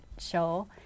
show